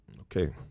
Okay